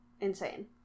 insane